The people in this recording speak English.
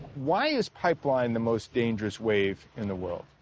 why is pipeline the most dangerous wave in the world?